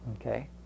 Okay